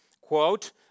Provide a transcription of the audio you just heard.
quote